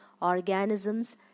Organisms